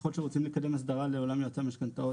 ככל שרוצים לקדם הסדרה לעולם יועצי המשכנתאות,